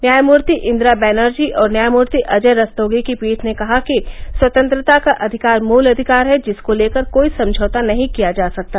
न्यायमूर्ति इन्दिरा बैनर्जी और न्यायमूर्ति अजय रस्तोगी की पीठ ने कहा कि स्वतंत्रता का अधिकार मूल अधिकार है जिसको लेकर कोई समझौता नहीं किया जा सकता